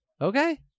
Okay